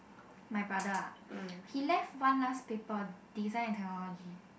my brother ah he left one last paper design and technology